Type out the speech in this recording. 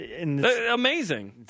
Amazing